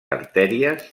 artèries